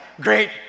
great